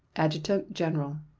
adjutant-general.